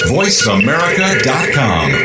voiceamerica.com